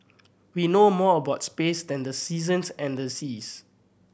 we know more about space than the seasons and the seas